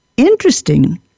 Interesting